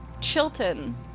Chilton